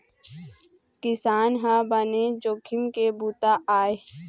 किसानी ह बनेच जोखिम के बूता आय